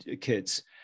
kids